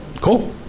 Cool